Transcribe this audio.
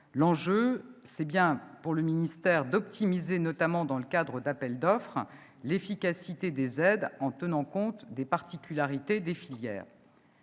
L'enjeu pour le ministère est bien d'optimiser, notamment dans le cadre d'appels d'offres, l'efficacité des aides en tenant en compte des particularités de ces filières.